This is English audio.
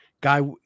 guy